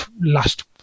last